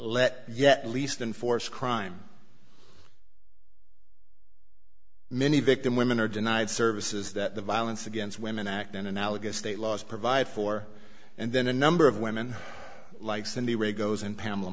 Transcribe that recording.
let yet at least enforce crime many victim women are denied services that the violence against women act in analogous state laws provide for and then a number of women like cindy rego's and pamela